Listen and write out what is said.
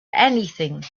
anything